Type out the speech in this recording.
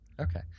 okay